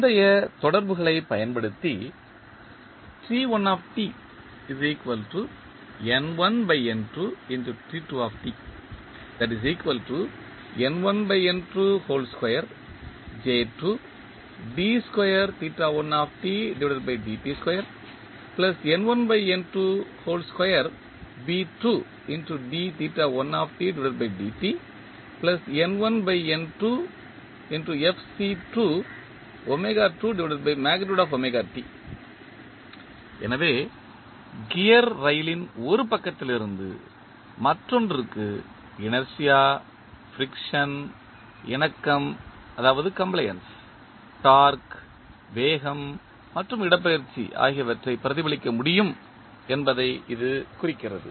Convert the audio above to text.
முந்தைய தொடர்புகளைப் பயன்படுத்தி எனவே கியர் ரயிலின் ஒரு பக்கத்திலிருந்து மற்றொன்றுக்கு இனர்ஷியா ஃபிரிக்சன் இணக்கம் டார்க்கு வேகம் மற்றும் இடப்பெயர்ச்சி ஆகியவற்றை பிரதிபலிக்க முடியும் என்பதை இது குறிக்கிறது